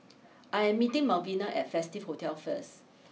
I am meeting Malvina at Festive Hotel first